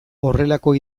horrelako